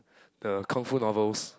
the kung fu novels